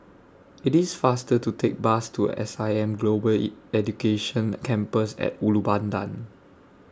IT IS faster to Take Bus to S I M Global Education Campus At Ulu Pandan